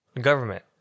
government